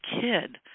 kid